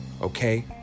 okay